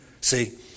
See